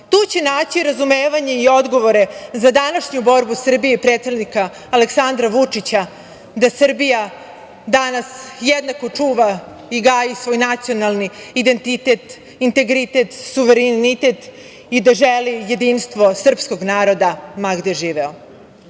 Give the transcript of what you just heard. Tu će naći razumevanje i odgovore za današnju borbe Srbije predsednika Aleksandra Vučića, da Srbija danas jednako čuva i gaji svoj nacionalni identitet, integritet, suverenitet i da želi jedinstvo srpskog naroda, ma gde živeo. Živela